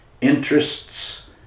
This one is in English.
interests